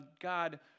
God